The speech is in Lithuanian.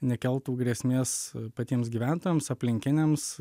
nekeltų grėsmės patiems gyventojams aplinkiniams